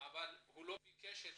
לא ביקש את